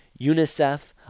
UNICEF